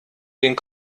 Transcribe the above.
den